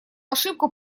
ошибку